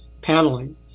paneling